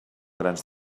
grans